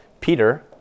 Peter